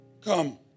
come